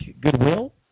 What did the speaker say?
goodwill